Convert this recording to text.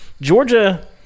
Georgia